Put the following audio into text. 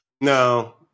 No